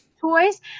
toys